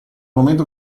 momento